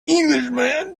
englishman